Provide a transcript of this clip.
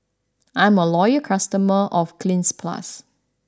I'm a loyal customer of Cleanz Plus